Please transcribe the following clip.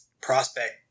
prospect